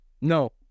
No